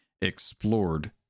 explored